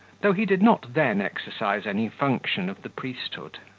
though he did not then exercise any function of the priesthood.